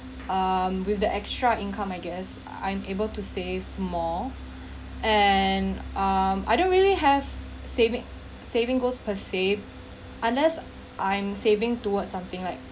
with the extra income I guess I'm able to save more and um I don't really have saving saving goals per se unless I'm saving towards something like